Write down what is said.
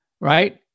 right